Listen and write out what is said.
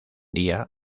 día